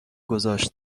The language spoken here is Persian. گذاشت